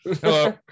Hello